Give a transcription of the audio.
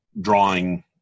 drawing